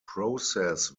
process